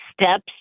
steps